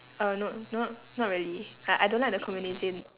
uh no not not really I I don't like the communism